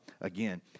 Again